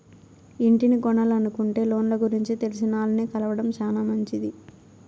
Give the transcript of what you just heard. ఇంటిని కొనలనుకుంటే లోన్ల గురించి తెలిసినాల్ని కలవడం శానా మంచిది